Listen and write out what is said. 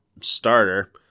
starter